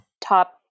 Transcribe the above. top